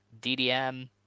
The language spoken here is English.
DDM